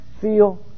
feel